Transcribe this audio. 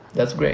that's great.